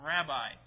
Rabbi